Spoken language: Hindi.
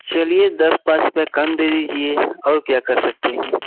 चलिए दस पाँच रुपया कम दे दीजिएगा और क्या कर सकते हैं